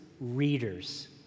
readers